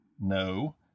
no